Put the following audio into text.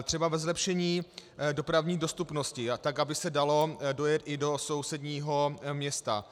Třeba ve zlepšení dopravní dostupnosti tak, aby se dalo dojet i do sousedního města.